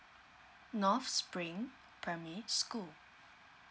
north spring primary school